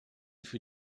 für